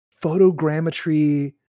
photogrammetry